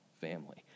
family